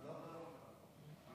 עבודה ורווחה.